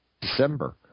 December